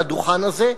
מהדוכן הזה.